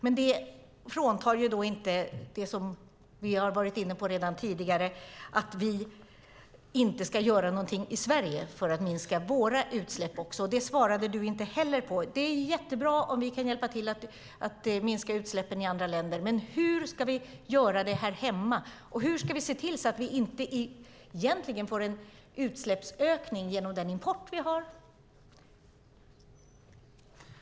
Men det innebär inte att vi inte ska göra någonting i Sverige för att minska våra utsläpp också. Det svarade du inte heller på. Det är jättebra om vi kan hjälpa till att minska utsläppen i andra länder. Men hur ska vi göra det här hemma? Och hur ska vi se till att vi egentligen inte får en utsläppsökning genom den import som vi har?